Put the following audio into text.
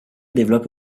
développe